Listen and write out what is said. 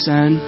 Son